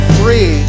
free